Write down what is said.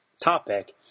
topic